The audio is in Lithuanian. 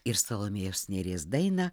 ir salomėjos nėries dainą